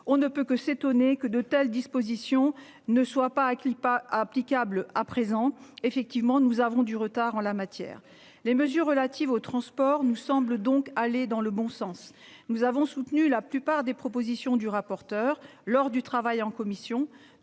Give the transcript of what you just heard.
On ne peut que s'étonner que de telles dispositions ne soit pas acquis pas applicable à présent effectivement nous avons du retard en la matière. Les mesures relatives au transport nous semble donc aller dans le bon sens nous avons soutenu la plupart des propositions du rapporteur lors du travail en commission.